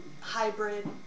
hybrid